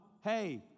hey